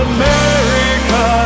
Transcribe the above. America